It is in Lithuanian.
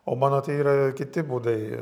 o mano tai yra kiti būdai